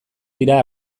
dira